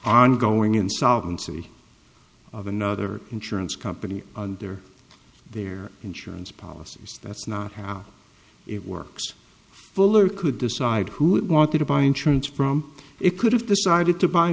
ongoing insolvency of another insurance company under their insurance policies that's not how it works fuller could decide who it wanted to buy insurance from it could have decided to buy